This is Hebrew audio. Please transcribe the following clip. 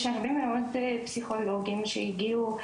יש הרבה מאוד פסיכולוגים שהגיעו,